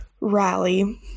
Rally